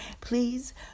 Please